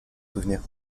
souvenirs